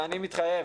ואני מתחייב